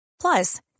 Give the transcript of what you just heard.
Plus